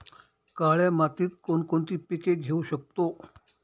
काळ्या मातीत कोणकोणती पिके घेऊ शकतो?